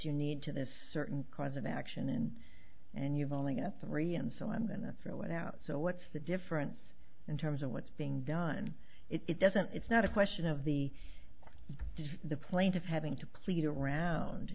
you need to this certain cause of action in and you've only got three and so i'm going this route out so what's the difference in terms of what's being done it doesn't it's not a question of the the plaintiff having to plead around